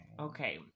Okay